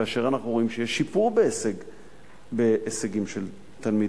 כאשר אנחנו רואים שיש שיפור בהישגים של תלמידים.